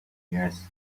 yes